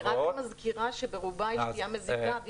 אני רק מזכירה שברובה היא שתייה מזיקה.